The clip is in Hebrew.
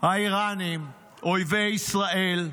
האיראנים, אויבי ישראל,